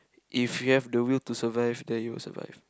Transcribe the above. if you have the will to survive then you will survive